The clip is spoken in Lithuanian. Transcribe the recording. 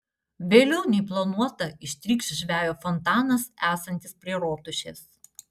vėliau nei planuota ištrykš žvejo fontanas esantis prie rotušės